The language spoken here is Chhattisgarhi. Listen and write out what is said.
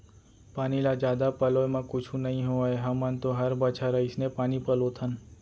पानी ल जादा पलोय म कुछु नइ होवय हमन तो हर बछर अइसने पानी पलोथन